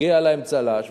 מגיע להם צל"ש,